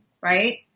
right